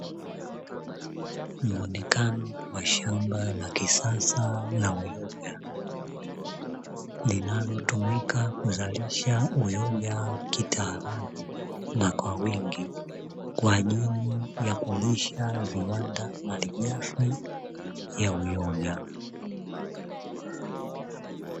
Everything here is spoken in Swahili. Muonekano wa shamba la kisasa la uyoga linalotumika kuzalisha uyoga kitaalamu na kwa wingi, kwa ajili ya kulisha viwanda malighafi ya uyoga.